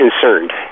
concerned